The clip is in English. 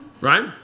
right